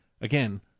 again